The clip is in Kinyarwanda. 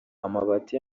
amabati